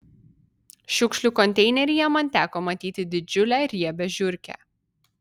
šiukšlių konteineryje man teko matyti didžiulę riebią žiurkę